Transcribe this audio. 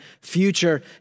future